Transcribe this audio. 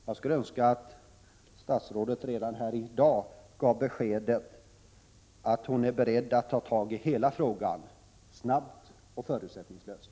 Jag skulle önska att statsrådet redan i dag kunde ge besked om att hon är beredd att ta sig an hela frågan — snabbt och förutsättningslöst.